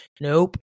Nope